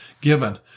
given